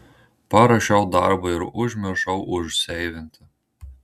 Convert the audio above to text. parašiau darbą ir užmiršau užseivinti